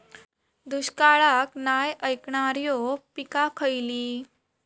दुष्काळाक नाय ऐकणार्यो पीका खयली?